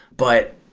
but,